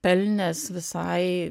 pelnęs visai